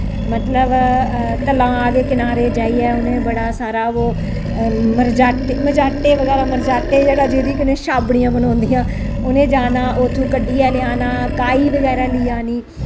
मतलब तलाऽ दे किनारे जाइयै उ'नें बड़ा सारा ओह् मरझाटे बगैरा मरझाटे जेह्दे कन्नै छाबड़ियां बनोंदियां उ'नें जाना उत्थूं कड्ढियै लेई आना काई बगैरा लेई आनी